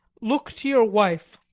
look to your wife